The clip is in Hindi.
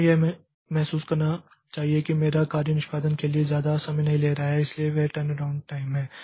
उन्हें यह महसूस करना चाहिए कि मेरा कार्य निष्पादन के लिए ज्यादा समय नहीं ले रहा है इसलिए वह टर्नअराउंड टाइम है